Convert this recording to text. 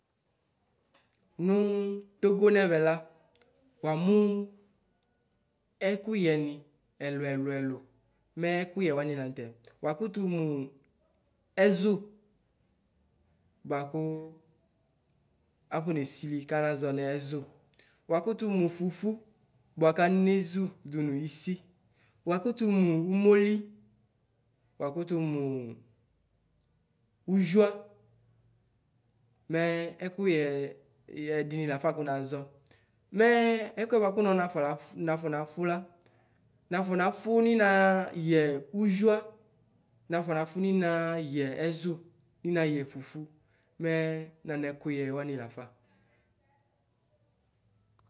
Nɔ Togɔ nɛvɛla wamo ɛkʋyɛnɩ ɛlʋ ɛlʋ ɛlʋ mɛ ɛkʋyɛ wanɩ lanʋ tɛɛ wakʋtɔ mɔ ɛzo bʋakʋ akonɛsɩlɩ kanazɔ nɔ azɔ wɩanʋ fofo nʋakanɩ zo dɔnɔ ɩsɩ wakʋtɔ mɔ omole wakʋtɔ mʋ ɔzɩa mɛ ɛkʋyɛ ɛdmɩ lafa kɔ nazɔ mɛ ɛkɔ bʋakɔ nɔnakɔ nafa la nafɔ nʋnanyɛ ʋzʋa nafɔ nafɔ nʋnanyɛ ɛzʋnɩna yɛ fofo mɛ nanɛkʋyɛ wanɩ lafa.